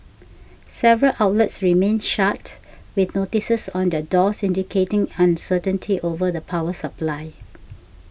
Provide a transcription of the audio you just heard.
several outlets remained shut with notices on their doors indicating uncertainty over the power supply